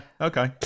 Okay